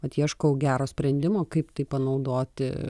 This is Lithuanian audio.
vat ieškau gero sprendimo kaip tai panaudoti